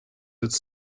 its